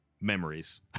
memories